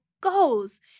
goals